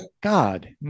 God